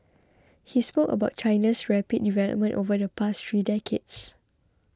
he spoke about China's rapid development over the past three decades